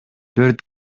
төрт